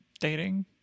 dating